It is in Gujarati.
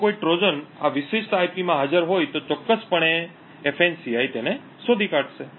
જો કોઈ ટ્રોજન આ વિશિષ્ટ IP માં હાજર હોય તો ચોક્કસપણે ફાન્સી તેને શોધી કાઢશે